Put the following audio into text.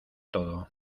todo